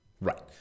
Right